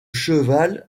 cheval